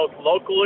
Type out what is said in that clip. locally